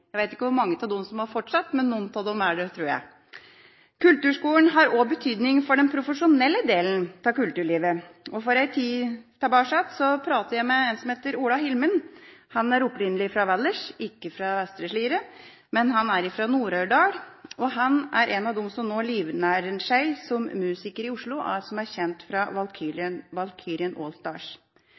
Jeg vet ikke hvor mange av dem som har fortsatt, men noen av dem er det, tror jeg. Kulturskolen har også betydning for den profesjonelle delen av kulturlivet. For en tid tilbake snakket jeg med en som heter Ola Hilmen, som opprinnelig er fra Valdres – ikke fra Vestre Slidre, men Nord-Aurdal – og er nå en av dem som livnærer seg som musiker i Oslo, og er kjent fra Valkyrien